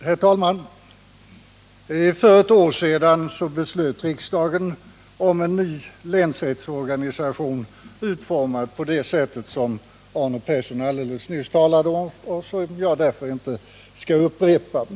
Herr talman! För ett år sedan beslöt riksdagen om en ny länsrättsorganisation, utformad på det sätt som Arne Persson alldeles nyss beskrivit. Därför skall jag inte gå in på den saken.